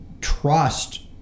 trust